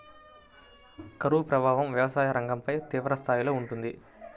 కరువు ప్రభావం వ్యవసాయ రంగంపై తీవ్రస్థాయిలో ఉంటుంది